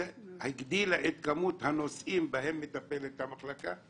הגדילה את כמות הנושאים בהם מטפלת המחלקה?